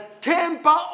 temper